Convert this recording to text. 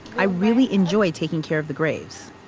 i really enjoy taking care of the graves.